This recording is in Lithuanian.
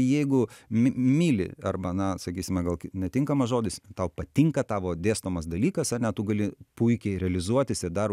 jeigu mm myli arba na sakysime gal netinkamas žodis tau patinka tavo dėstomas dalykas ane tu gali puikiai realizuotis ir dar